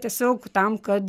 tiesiog tam kad